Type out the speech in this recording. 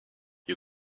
you